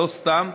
לא סתם,